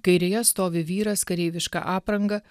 kairėje stovi vyras kareiviška apranga